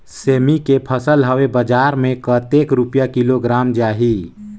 सेमी के फसल हवे बजार मे कतेक रुपिया किलोग्राम जाही?